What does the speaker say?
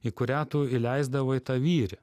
į kurią tu įleisdavai tą vyrį